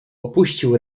opuścił